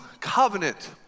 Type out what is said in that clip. covenant